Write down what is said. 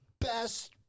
Best